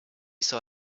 saw